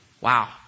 Wow